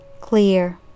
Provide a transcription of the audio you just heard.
Clear